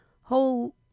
whole